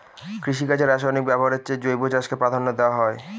কৃষিকাজে রাসায়নিক ব্যবহারের চেয়ে জৈব চাষকে প্রাধান্য দেওয়া হয়